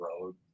Road